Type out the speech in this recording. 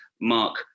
Mark